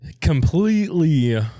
completely